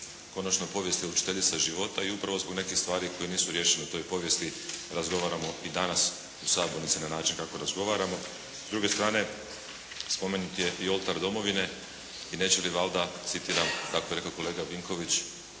Konačno “povijest je učiteljica života“ i upravo zbog nekih stvari koje nisu rješive. O toj povijesti razgovaramo i danas u sabornici na način kako razgovaramo. S druge strane, spomenut je i “oltar Domovine“ i neće mi valjda citiram kako je rekao kolega Vinković